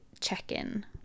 check-in